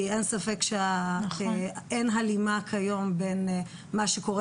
כי אין ספק שאין הלימה כיום בין מה שקורה